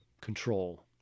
control